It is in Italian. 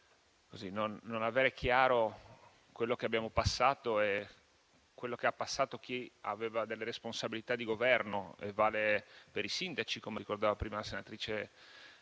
non aver chiaro quello che abbiamo passato e quello che ha passato chi aveva delle responsabilità di Governo. Questo vale per i sindaci, come ricordava prima la senatrice